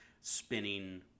spinning